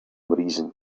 reason